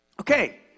Okay